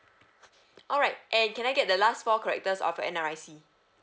alright and can I get the last four characters of N_R_I_C